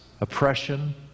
oppression